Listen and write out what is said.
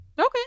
Okay